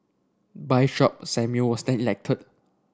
Bishop Samuel was then elected